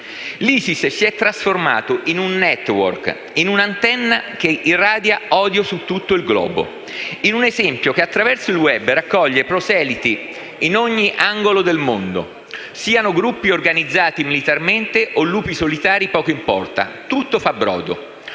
L'ISIS si è trasformato in un *network*, in un'antenna che irradia odio su tutto il globo; in un esempio che, attraverso il *web*, raccoglie proseliti in ogni angolo del mondo: siano gruppi organizzati militarmente o lupi solitari, poco importa, tutto fa brodo.